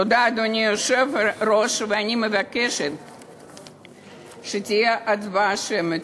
תודה, אדוני היושב-ראש, ואני מבקשת הצבעה שמית.